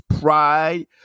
pride